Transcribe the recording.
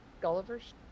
Gulliver's